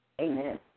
Amen